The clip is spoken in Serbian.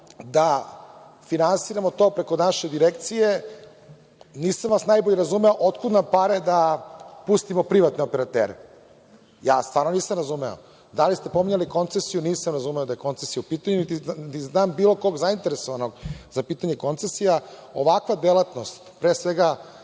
da finansiramo to preko naše Direkcije, nisam vas najbolje razumeo, otkud nam pare da pustimo privatne operatere? Stvarno nisam razumeo. Da li ste pominjali koncesiju? Nisam razumeo da je koncesija u pitanju, niti znam bilo koga zainteresovanog za pitanje koncesija. Ovakva delatnost, pre svega